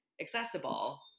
accessible